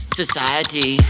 society